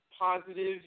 positive